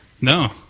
No